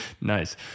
Nice